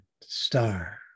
star